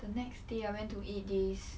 the next day I went to eat this